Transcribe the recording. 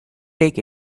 take